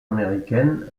américaine